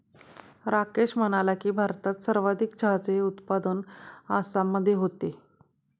राकेश म्हणाला की, भारतात सर्वाधिक चहाचे उत्पादन आसाममध्ये होते